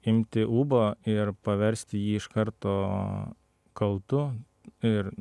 imti ūbą ir paversti jį iš karto kaltu ir